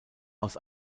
aus